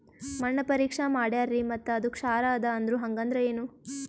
ಮಣ್ಣ ಪರೀಕ್ಷಾ ಮಾಡ್ಯಾರ್ರಿ ಮತ್ತ ಅದು ಕ್ಷಾರ ಅದ ಅಂದ್ರು, ಹಂಗದ್ರ ಏನು?